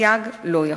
והסייג לא יחול.